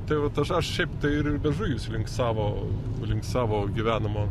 tai vat aš aš šiaip tai ir vežu jus link savo link savo gyvenamo